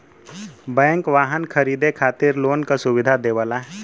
bank वाहन खरीदे खातिर लोन क सुविधा देवला